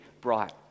bright